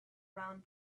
round